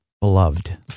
Beloved